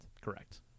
Correct